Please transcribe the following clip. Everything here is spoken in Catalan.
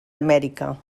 amèrica